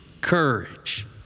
courage